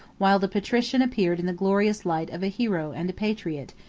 while the patrician appeared in the glorious light of a hero and a patriot,